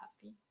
happy